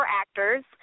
actors